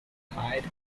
hide